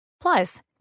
Plus